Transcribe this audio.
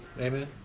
Amen